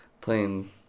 playing